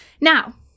Now